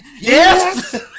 yes